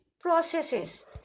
processes